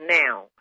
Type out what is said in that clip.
now